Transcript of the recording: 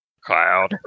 Cloud